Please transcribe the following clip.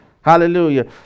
Hallelujah